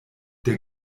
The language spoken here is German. der